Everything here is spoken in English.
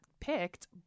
picked